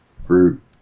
fruit